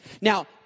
Now